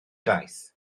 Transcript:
daeth